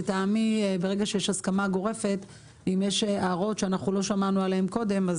ברגע שיש הסכמה גורפת ואם יש הערות שלא שמענו עליהן קודם,